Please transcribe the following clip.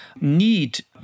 need